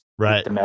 Right